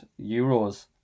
euros